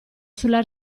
sulla